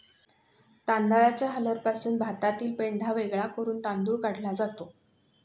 तांदळाच्या हलरपासून भातातील पेंढा वेगळा करून तांदूळ काढला जातो